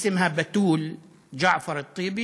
אסמהה בתול ג'עפר א-טיבי,